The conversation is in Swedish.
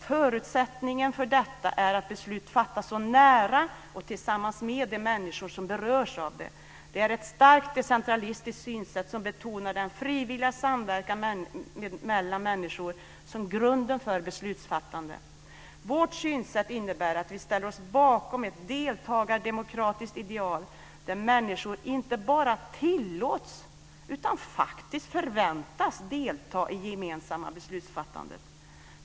Förutsättningen för detta är att beslut fattas så nära och tillsammans med de människor som berörs av dem. Det är ett starkt decentralistiskt synsätt som betonar den frivilliga samverkan mellan människor som grunden för beslutsfattande. Vårt synsätt innebär att vi ställer oss bakom ett deltagardemokratiskt ideal, där människor inte bara tillåts utan faktiskt förväntas delta i det gemensamma beslutsfattandet.